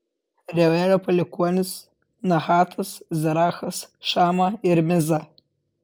reuelio palikuonys nahatas zerachas šama ir miza